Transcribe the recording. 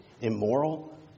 immoral